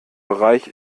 bereich